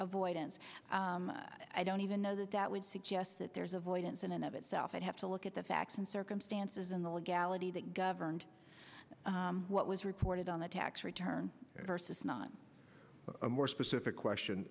avoidance i don't even know that that would suggest that there's avoidance in and of itself i'd have to look at the facts and circumstances in the legality that governed what was reported on the tax return versus not a more specific question